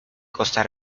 costa